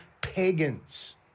pagans